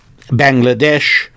Bangladesh